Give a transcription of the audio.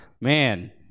Man